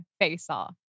face-off